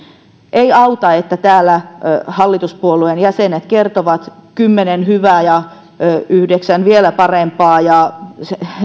ei auta että täällä hallituspuolueiden jäsenet kertovat kymmenen hyvää ja yhdeksän vielä parempaa ja